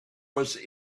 was